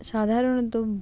সাধারণত